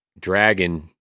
Dragon